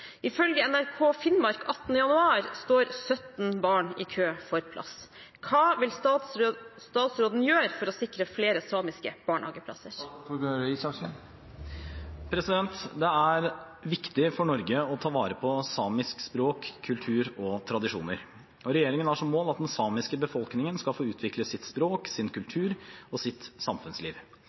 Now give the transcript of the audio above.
Ifølge NRK Finnmark 18. januar står 17 barn i kø for plass. Hva vil statsråden gjøre for å sikre flere samiske barnehageplasser?» Det er viktig for Norge å ta vare på samisk språk, kultur og tradisjoner. Regjeringen har som mål at den samiske befolkningen skal få utvikle sitt språk, sin kultur og sitt samfunnsliv.